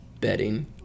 betting